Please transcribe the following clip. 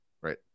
right